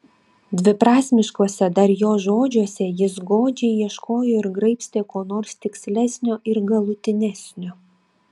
dviprasmiškuose dar jo žodžiuose jis godžiai ieškojo ir graibstė ko nors tikslesnio ir galutinesnio